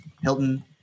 Hilton